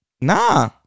nah